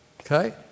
Okay